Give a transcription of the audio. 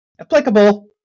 Applicable